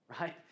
Right